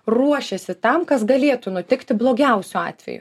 ruošiasi tam kas galėtų nutikti blogiausiu atveju